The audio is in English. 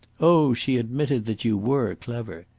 oh, she admitted that you were clever!